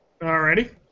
Alrighty